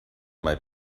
might